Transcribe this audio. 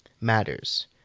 matters